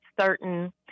certain